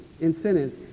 incentives